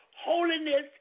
Holiness